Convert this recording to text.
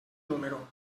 número